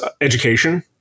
education